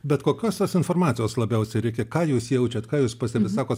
bet kokios tos informacijos labiausiai reikia ką jūs jaučiat ką jūs pastebit sakot